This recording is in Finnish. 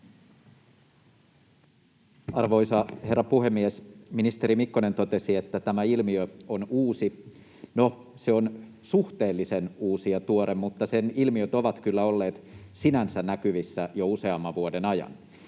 Arvoisa herra puhemies! Ministeri Mikkonen totesi, että tämä ilmiö on uusi. No, se on suhteellisen uusi ja tuore, mutta sen ilmiöt ovat kyllä olleet sinänsä näkyvissä jo useamman vuoden ajan.